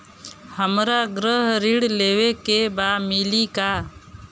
हमरा गृह ऋण लेवे के बा मिली का?